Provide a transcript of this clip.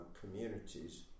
communities